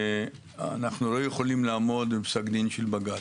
שאנחנו לא יכולים לעמוד בפסק דין של בג"ץ.